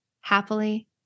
happily